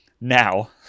Now